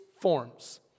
forms